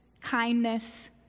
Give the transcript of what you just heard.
kindness